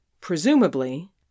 Presumably